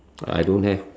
I don't have